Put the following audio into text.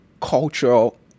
cultural